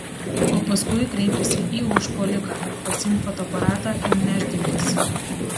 o paskui kreipėsi į užpuoliką pasiimk fotoaparatą ir nešdinkis